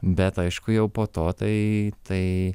bet aišku jau po to tai tai